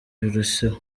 biruseho